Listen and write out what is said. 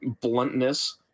bluntness